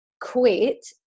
quit